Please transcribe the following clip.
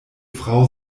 frau